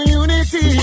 unity